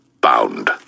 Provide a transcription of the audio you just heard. bound